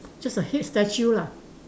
just a head statue lah